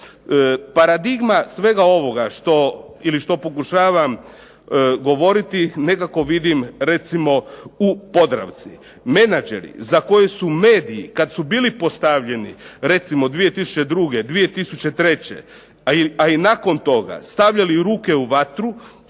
Paradigma svega ovoga što ili što pokušavam govoriti nekako vidim recimo u Podravci. Menadžeri za koje su mediji, kad su bili postavljeni recimo 2002., 2003., a i nakon toga stavljali ruke u vatru,